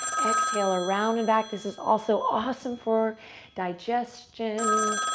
exhale, around and back. this is also awesome for digestion.